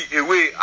away